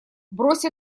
брось